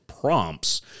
prompts